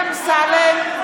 אינו נוכח דוד אמסלם,